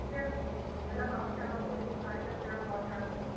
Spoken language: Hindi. ठीक है मैडम अभी क्या नाम से कारीगर से हम बात करते हैं